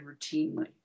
routinely